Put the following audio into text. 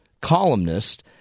columnist